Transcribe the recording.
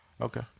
Okay